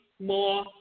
more